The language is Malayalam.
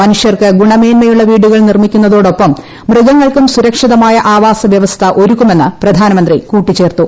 മനുഷ്യർക്ക് ഗുണമേന്മയുള്ള വീടുകൾ നിർമ്മിക്കുന്നതോടൊപ്പം മൃഗങ്ങൾക്കും സുരക്ഷിതമായ ആവാസ വ്യവസ്ഥ ഒരുക്കുമെന്ന് പ്രധാനമന്ത്രി കൂട്ടിച്ചേർത്തു